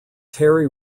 terry